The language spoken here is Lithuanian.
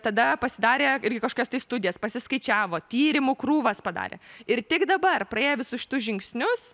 tada pasidarė irgi kažkokias tai studijas pasiskaičiavo tyrimų krūvas padarė ir tik dabar praėję visus kitus žingsnius